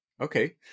Okay